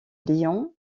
lyon